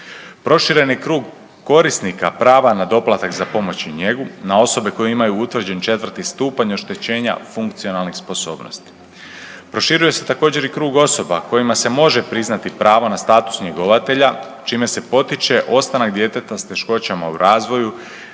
Prošireni krug korisnika prava na doplatak za pomoć i njegu na osobe koje imaju utvrđen četvrti stupanj oštećenja funkcionalnih sposobnosti. Proširuje se također i krug osoba kojima se može priznati pravo na status njegovatelja čime se potiče ostanak djeteta sa teškoćama u razvoju